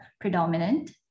predominant